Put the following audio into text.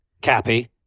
Cappy